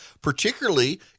particularly